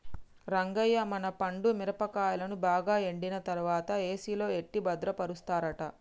రంగయ్య మన పండు మిరపకాయలను బాగా ఎండిన తర్వాత ఏసిలో ఎట్టి భద్రపరుస్తారట